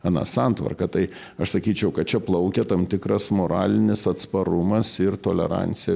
ana santvarka tai aš sakyčiau kad čia plaukia tam tikras moralinis atsparumas ir tolerancija